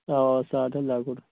اَوا اَوا لۄکُٹ